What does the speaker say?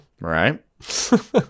Right